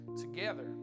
together